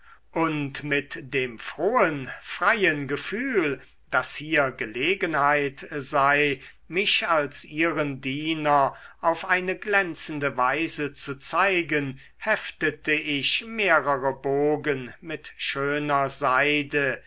und mit dem frohen freien gefühl daß hier gelegenheit sei mich als ihren diener auf eine glänzende weise zu zeigen heftete ich mehrere bogen mit schöner seide